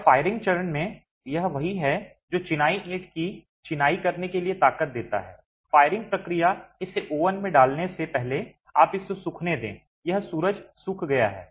और फायरिंग चरण में और यह वही है जो चिनाई ईंट की चिनाई करने के लिए ताकत देता है फायरिंग प्रक्रिया इसे ओवन में डालने से पहले आप इसे सूखने दें और यह सूरज सूख गया है